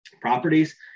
properties